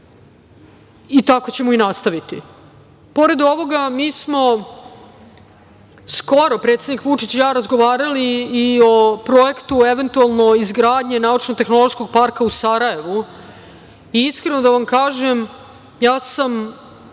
i tako ćemo i nastaviti. Pored ovoga mi smo skoro predsednik Vučić i ja razgovarali i o projektu eventualno izgradnje naučno-tehnološkog parka u Sarajevu. Iskreno da vam kažem, ja sam